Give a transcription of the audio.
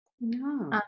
No